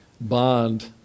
bond